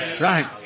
Right